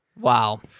wow